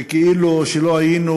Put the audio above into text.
וכאילו לא היינו